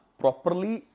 properly